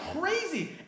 crazy